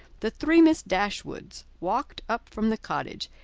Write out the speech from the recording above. the three miss dashwoods walked up from the cottage,